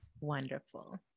Wonderful